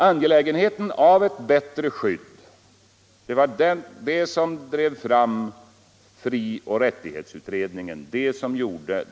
Angelägenheten av ett bättre skydd var anledningen till att frioch rättighetsutredningen tillsattes.